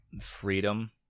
freedom